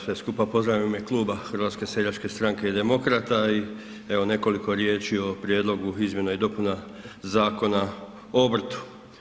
Sve vas skupa pozdravljam u ime kluba HSS-a i Demokrata i evo nekoliko riječi o prijedlogu izmjena i dopuna Zakona o obrtu.